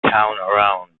town